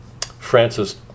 Francis